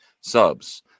subs